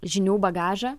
žinių bagažą